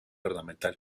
ornamental